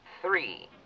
three